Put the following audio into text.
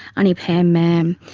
aunty pam mam.